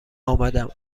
آمدم